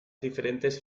diferentes